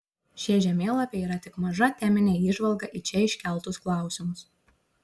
šie žemėlapiai yra tik maža teminė įžvalga į čia iškeltus klausimus